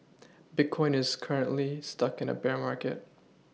bitcoin is currently stuck in a bear market